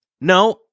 No